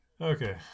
Okay